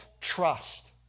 trust